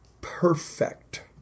perfect